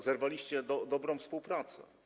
Zerwaliście dobrą współpracę.